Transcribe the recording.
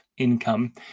income